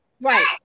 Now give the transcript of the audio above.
Right